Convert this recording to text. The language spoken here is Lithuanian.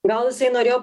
gal jisai norėjo